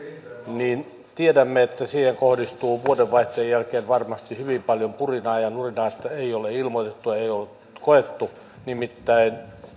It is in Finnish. tiedämme että siihen kohdistuu vuodenvaihteen jälkeen varmasti hyvin paljon purinaa ja nurinaa että ei ole ilmoitettu ei ole neuvottu nimittäin